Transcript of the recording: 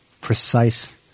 precise